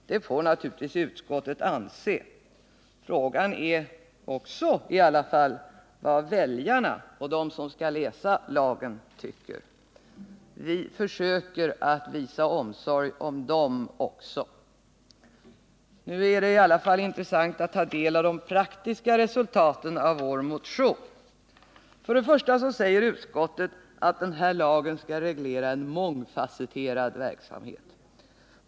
Det får naturligtvis utskottet anse. Frågan är dock vad väljarna och de som skall läsa lagen tycker. Vi försöker att visa omsorg om dem också. Nu är det i alla fall intressant att ta del av de praktiska resultaten av vår motion. För det första säger utskottet att den här lagen skall reglera en mångfasetterad verklighet.